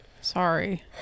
Sorry